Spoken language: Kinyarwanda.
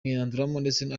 ndetse